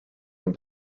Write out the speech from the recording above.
when